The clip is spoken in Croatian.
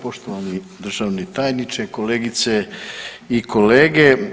Poštovani državni tajniče, kolegice i kolege.